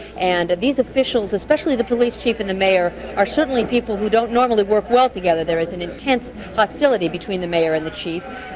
and these officials, especially the police chief and the mayor, are certainly people who don't normally work well together. there is an intense hostility between the mayor and the chief.